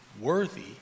worthy